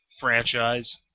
franchise